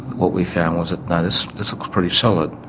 what we found was that this this looks pretty solid,